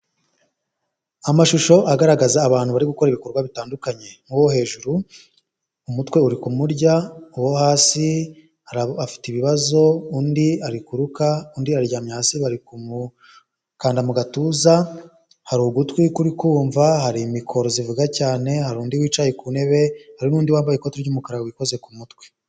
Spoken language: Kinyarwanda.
Amashusho agaragaza abantu bari gukora ibikorwa bitandukanye abo hejuru umutwe uri kumurya, uwo hasi afite ibibazo undi arikuruka undi aryamye hasi bari kumukanda mu gatuza, hari ugutwi kumva hari mikoro zivuga cyane, hari undi wicaye ku ntebe hari undi wambaye ikoti ry'umukara wikoze ku mutwe.